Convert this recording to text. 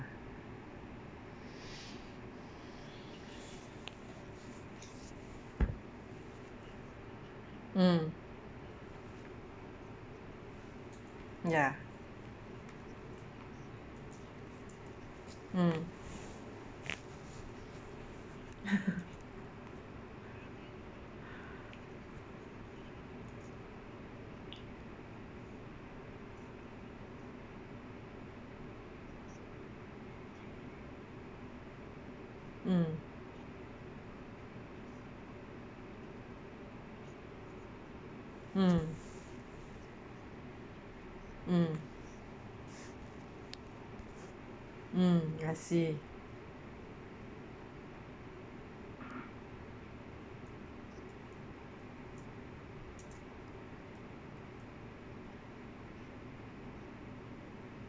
mm ya mm mm mm mm mm I see